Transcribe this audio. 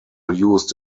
used